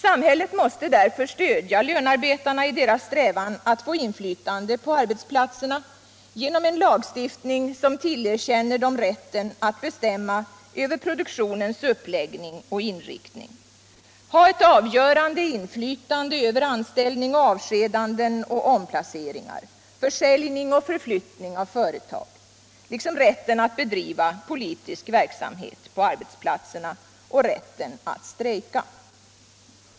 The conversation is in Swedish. Samhället måste därför stödja lönearbetarna i deras strävan att få inflytande på arbetsplatserna genom en lagstiftning som tillerkänner dem rätten att bestämma över produktionens uppläggning och inriktning, avgörande inflytande över anställningar. avskedanden och omplaceringar samt över försäljning och förflyttning av företag liksom rätten att bedriva politisk verksamhet på arbetsplatserna och rätten att strejka.